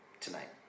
tonight